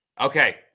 Okay